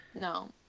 No